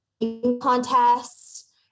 contests